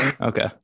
Okay